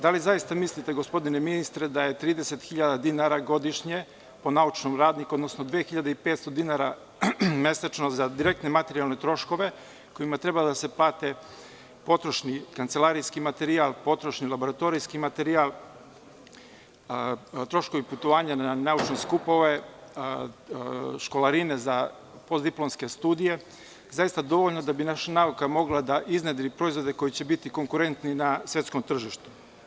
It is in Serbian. Da li zaista mislite, gospodine ministre, da je 30.000 dinara godišnje, po naučnom radniku, odnosno 2.500 dinara mesečno za direktne materijalne troškove kojima treba da se plate potrošni kancelarijski materijal, potrošni laboratorijski materijal, troškovi putovanja na naučne skupove, školarine za postdiplomske studije, zaista dovoljno da bi naša nauka mogla da iznedri proizvode koji će biti konkurentni na svetskom tržištu.